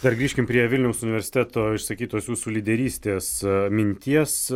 dar grįžkim prie vilniaus universiteto išsakytos jūsų lyderystės minties